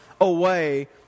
away